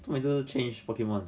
做么每次 change pokemon